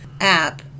app